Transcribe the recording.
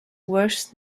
worse